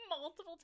multiple